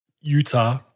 Utah